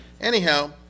Anyhow